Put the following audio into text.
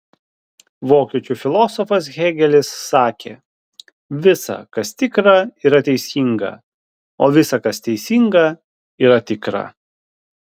vokiečių filosofas hėgelis sakė visa kas tikra yra teisinga o visa kas teisinga yra tikra